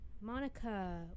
Monica